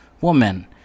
woman